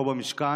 פה במשכן.